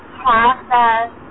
process